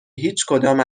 هیچکدام